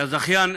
שהזכיין